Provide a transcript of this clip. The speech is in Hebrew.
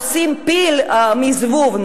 עושים פיל מזבוב.